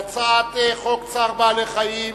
הצעת חוק צער בעלי-חיים